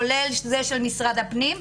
כולל זה של משרד הפנים,